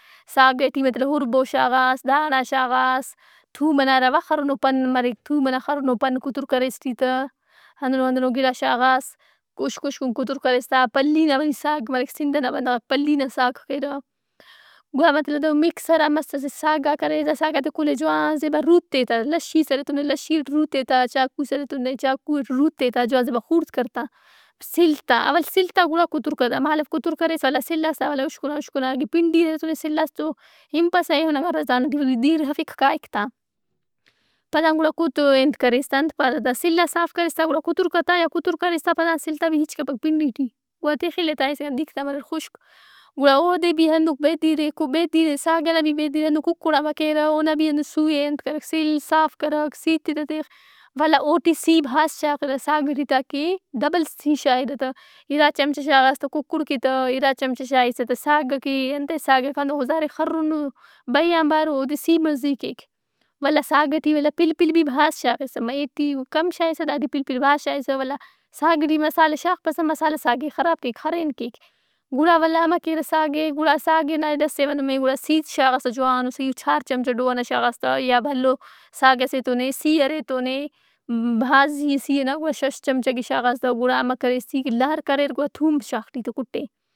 ساگ ئٹی مطلب ہُربو شاغاس، داھنڑا شاغاش، تھوم ئنا ہرا وا خرّنو پن مریک۔ تھوم ئنا خرنو پن کتر کریس ٹی تہ۔ ہندن ہندنو گِڑا شاغاس، اُشکُ اشکن کتر کریس تا۔ پھلّی نا وری ساگ مریک۔ سندھ ئنا بندغ پھلی نا ساگ کیرہ۔ گڑا مطلب دہن مکس ہرا مسس ساگاک اریر۔ دا ساگات ئے کل ئے جوان رُوتہِ تا لشِیس ارے ای تو نا لشی ٹی رُوتہِ تا۔ چاقوک ئس ارے ای تو نے چاقو ٹی روتہِ تا جوان زیبا خوڑت کر تا۔ سِل تا۔ اول سِل تا گڑا کتر کہ تا۔ مہالو کتر کریس ولدا سلاس تا ولدا اشکنو اشکنووری پھنڈی آن گڑا سلاس تو ہِنپسہ ایہن امہ رزان ئٹی ولدا دیر ارفک کائک تا۔ پدان گُڑا کُتُ- ئے انت کریس تا انت پارہ تا، سلاس صاف کریس تا گُڑا کتر کہ تا یا کتر کریس تا پدا سل تا ہچ بھی ہچ کپک پھنڈی ٹی۔ گڑا تِخ الّے تاایسکا انت مریر خُشک۔ گُڑا اودے بھی ہندن بیدیر ئے کُ- بیدیرئےساگ ئنا بھی بیدیر ئےہندن ککڑاآنبار کیرہ۔ اونا بھی ہندن سو ئے انت کرک سِل، صاف کرک، سیت ئے تہ تِخ۔ ولدا اوٹی سی بھاز شاغِرہ۔ ساگ بھی ٹی تہ کے ڈبل سی شاغرہ تہ۔ اِرا چمچہ شاغاس تا ککڑ کہ تہ، اِرا چمچہ شائسہ تا ساگ ئکہ انتئے ساگاک ہندن ظاہر اے خرن او، بَے آنباراو۔ اودے سی مزہی کیک۔ ولدا ساگ ئٹی ولدا پلپل بھی بھازشاغِسہ۔ مہ- اے ٹی کم شائسہ داٹی پلپل بھاز شائسہ۔ ولدا ساگ ئٹی مسالحہ شاپسہ۔ مسالحہ ساگ ئے خراب کیک، خرین کیک۔ گڑا ولدا امہ کیرہ ساگ ئے، گُڑا ساگ ئنا ئے ڈسّیوہ نمے۔ گڑا سیت ئے شاغِسہ جوانو سی چار چمچہ ڈو ئنا شاغاس تہ یا بھلو ساگ ئس اےتو نے سی ارے تو نے بھاز ہی سی ئناشش چمچہ کہ شاغاس تہ گڑا امہ کریس سی کہ لہر کریرگُڑا تھوم بھی شاغ ٹی تہ کُٹے۔